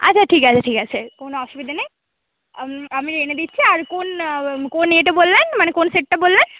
আচ্ছা ঠিক আছে ঠিক আছে কোনো অসুবিধা নেই আমি এনে দিচ্ছি আর কোন কোন ইয়েটা বললেন মানে কোন সেটটা বললেন